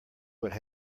would